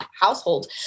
household